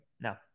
No